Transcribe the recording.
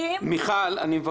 מיכל, אני מבקש.